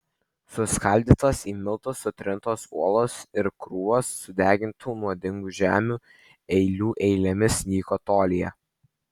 suskaldytos į miltus sutrintos uolos ir krūvos sudegintų nuodingų žemių eilių eilėmis nyko tolyje